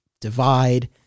divide